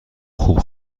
خوب